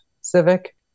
Civic